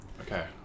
Okay